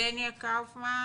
קאופמן